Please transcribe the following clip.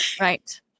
Right